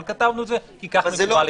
אבל כתבנו את זה, כי כך מקובל לכתוב.